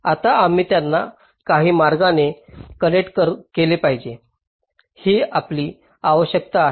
आता आम्ही त्यांना काही मार्गांनी कनेक्ट केले पाहिजे ही आपली आवश्यकता आहे